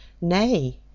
nay